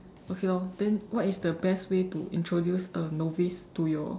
okay lor then what is the best way to introduce a novice to your